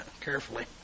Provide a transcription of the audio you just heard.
carefully